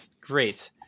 great